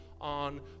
on